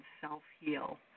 self-heal